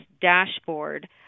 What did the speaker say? dashboard